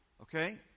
okay